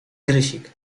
grysik